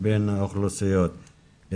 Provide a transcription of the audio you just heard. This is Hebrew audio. בין האוכלוסיות.